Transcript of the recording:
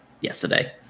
yesterday